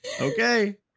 okay